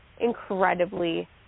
incredibly